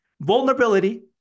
vulnerability